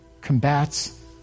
combats